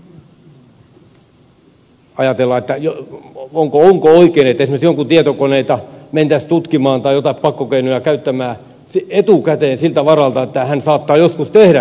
voidaan ajatella onko oikein että esimerkiksi jonkun tietokoneita mentäisiin tutkimaan tai jotain pakkokeinoja käyttämään etukäteen siltä varalta että hän saattaa joskus tehdä rikoksen